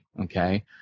Okay